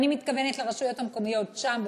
ואני מתכוונת לרשויות המקומיות שם,